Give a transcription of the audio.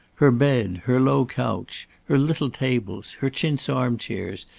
her bed, her low couch, her little tables, her chintz arm-chairs,